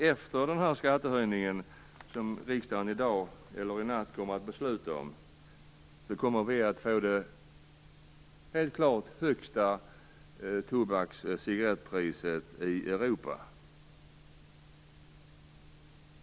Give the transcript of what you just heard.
Efter den skattehöjning som riksdagen kommer att besluta om i natt kommer vi att få det högsta cigarettpriset i Europa.